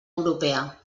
europea